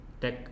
tech